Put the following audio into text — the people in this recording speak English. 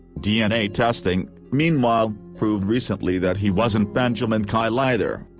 dna testing, meanwhile, proved recently that he wasn't benjaman kyle either.